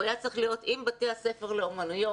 הוא היה צריך להיות עם בתי הספר לאומנויות,